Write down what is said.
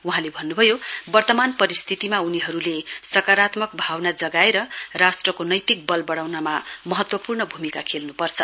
वहाँले भन्नुभयो वर्तमान परिस्थितिमा उनीहरूले सकारात्मक भावना जगाएर राष्ट्रको नैतिक बल बडाउनमा महत्वपूर्ण भूमिका खेल्न्पर्छ